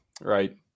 right